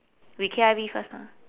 we K I V first ah